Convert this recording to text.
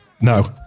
No